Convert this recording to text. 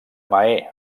mahé